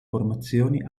formazioni